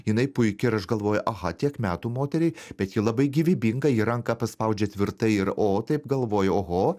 jinai puiki ir aš galvoju aha tiek metų moteriai bet ji labai gyvybinga ji ranką paspaudžia tvirtai ir o taip galvojau oho